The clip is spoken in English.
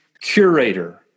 curator